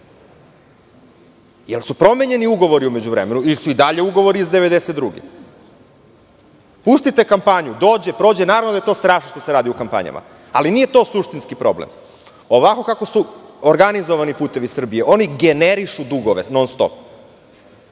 li su promenjeni ugovori u međuvremenu ili su i dalje ugovori iz 1992. godine? Pustite kampanju. Dođe, prođe, naravno da je strašno to što se radi u kampanjama, ali nije to suštinski problem. Ovako kako su organizovani "Putevi Srbije", oni generišu dugove non-stop.